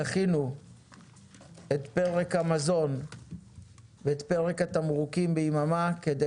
דחינו את פרק המזון ואת פרק התמרוקים ביממה כדי